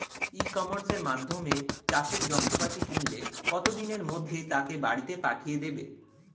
ই কমার্সের মাধ্যমে চাষের যন্ত্রপাতি কিনলে কত দিনের মধ্যে তাকে বাড়ীতে পাঠিয়ে দেবে?